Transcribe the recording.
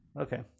Okay